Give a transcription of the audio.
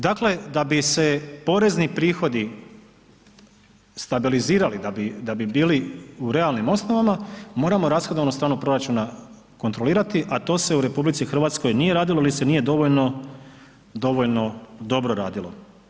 Dakle da bi se porezni prihodi stabilizirali, da bi bili u realnim osnovama moramo rashodovnu stranu proračuna kontrolirati, a to se u RH nije radilo ili nije se dovoljno dobro radilo.